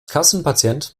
kassenpatient